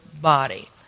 body